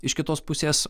iš kitos pusės